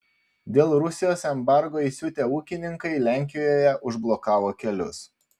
dėl rusijos embargo įsiutę ūkininkai lenkijoje užblokavo kelius